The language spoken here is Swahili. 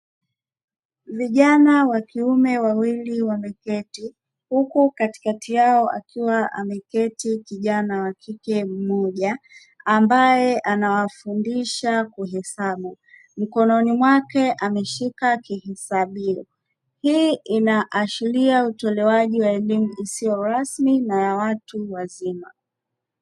Vijana wa kiume wawili wameketi, huku katikati yao akiwa ameketi kijana wa kike mmoja ambaye anawafundisha kuhesabu, mkononi mwake ameshika kihesabio. Hii inaashiria utolewaji wa elimu isiyo rasmi na ya watu wazima.